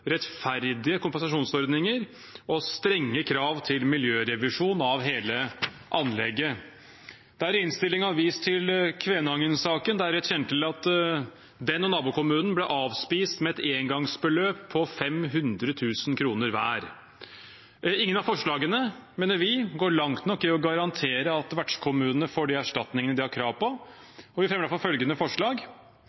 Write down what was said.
rettferdige kompensasjonsordninger og strenge krav til miljørevisjon av hele anlegget. Det er i innstillingen vist til Kvænangen-saken. En kjenner til at den kommunen og nabokommunen ble avspist med et engangsbeløp på 500 000 kr hver. Ingen av forslagene mener vi går langt nok i å garantere at vertskommunene får de erstatningene de har krav på,